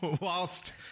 whilst